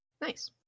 Nice